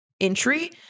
entry